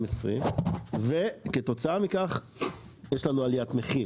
ב-2020 וכתוצאה מכך יש לנו עליית מחיר.